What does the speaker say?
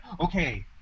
okay